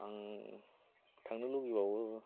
आं थांनो लुगैबावो